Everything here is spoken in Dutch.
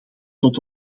tot